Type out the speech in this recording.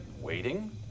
waiting